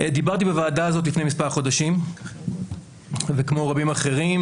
דיברתי בוועדה הזאת לפני מספר חודשים וכמו רבים אחרים